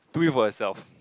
do it for yourself